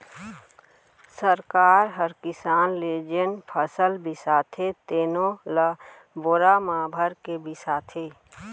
सरकार ह किसान ले जेन फसल बिसाथे तेनो ल बोरा म भरके बिसाथे